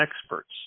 experts